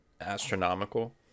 astronomical